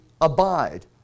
abide